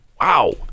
Wow